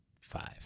five